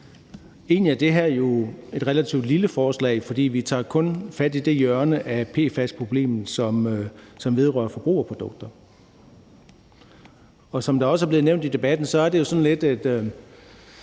Egentlig er det her jo et relativt lille forslag, for vi tager kun fat i det hjørne af PFAS-problemet, som vedrører forbrugerprodukter. Og som det også er blevet nævnt i debatten, er det jo sådan lidt et